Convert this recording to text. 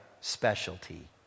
specialty